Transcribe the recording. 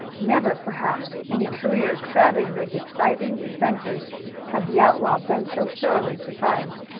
never, perhaps, in a career crowded with exciting adventures had the outlaw been so thoroughly surprised.